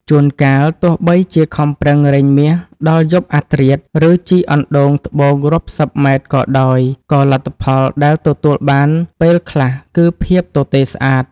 ជួនកាល ទោះបីជាខំប្រឹងរែងមាសដល់យប់អាធ្រាត្រ ឬជីកអណ្តូងត្បូងរាប់សិបម៉ែត្រក៏ដោយ ក៏លទ្ធផលដែលទទួលបានពេលខ្លះគឺភាពទទេស្អាត។